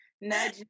nudge